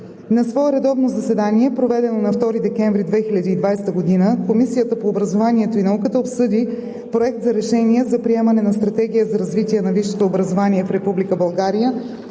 На свое редовно заседание, проведено на 2 декември 2020 г., Комисията по образованието и науката обсъди Проект за решение за приемане на Стратегия за развитие на висшето образование в